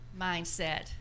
mindset